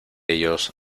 ellos